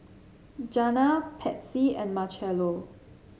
Janna Patsy and Marchello